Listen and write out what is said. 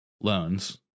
loans